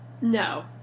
no